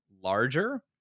larger